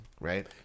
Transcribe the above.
right